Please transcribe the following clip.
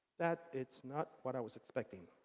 that it's not what i was expecting.